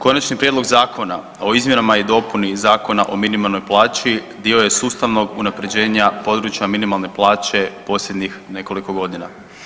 Konačni prijedlog zakona o izmjenama i dopuni Zakona o minimalnoj plaći dio je sustavnog unaprjeđenja područja minimalne plaće posljednjih nekoliko godina.